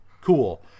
cool